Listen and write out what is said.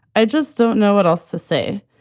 i just don't know what else to say.